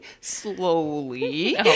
slowly